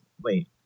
wait